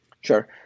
sure